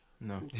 no